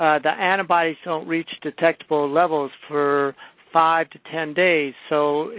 the antibodies don't reach detectable levels for five to ten days. so, if,